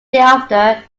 thereafter